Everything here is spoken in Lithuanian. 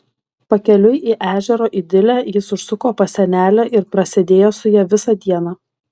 pakeliui į ežero idilę jis užsuko pas senelę ir prasėdėjo su ja visą dieną